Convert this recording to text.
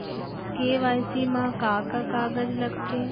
KYC मा का का कागज लगथे?